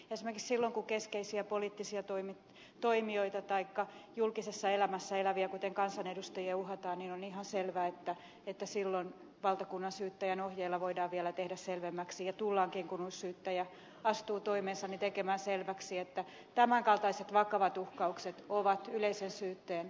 esimerkiksi silloin kun keskeisiä poliittisia toimijoita taikka julkisessa elämässä eläviä kuten kansanedustajia uhataan on selvää että silloin valtakunnansyyttäjän ohjeella voidaan vielä tehdä selvemmäksi ja tullaankin kun uusi syyttäjä astuu toimeensa tekemään selväksi että tämän kaltaiset vakavat uhkaukset ovat yleisen syytteen alaisena